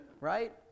Right